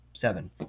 seven